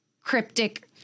cryptic